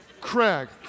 Craig